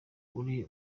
uri